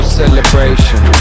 celebration